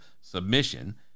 submission